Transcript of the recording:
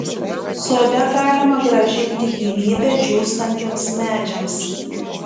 sode galima grąžinti gyvybę džiūstantiems medžiams